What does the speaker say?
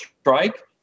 strike